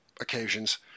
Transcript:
occasions